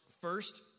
First